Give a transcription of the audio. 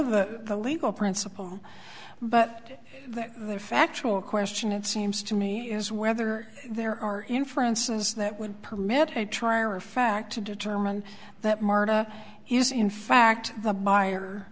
that the legal principle but that there factual question it seems to me is whether there are inferences that would permit a try or fact to determine that martha is in fact the buyer